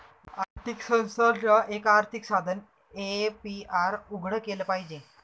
आर्थिक संस्थानांना, एक आर्थिक साधन ए.पी.आर उघडं केलं पाहिजे